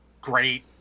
great